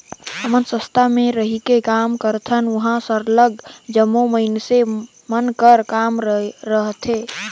हमन संस्था में रहिके काम करथन उहाँ सरलग जम्मो मइनसे मन कर काम रहथे